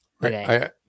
right